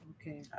Okay